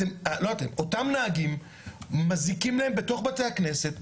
אותם נהגים מזיקים להם בתוך בתי הכנסת,